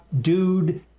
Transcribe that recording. dude